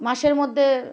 মাসের মধ্যে